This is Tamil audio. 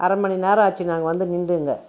அரை மணி நேரம் ஆச்சு நாங்கள் வந்து நின்று இங்கே